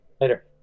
Later